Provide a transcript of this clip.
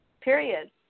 period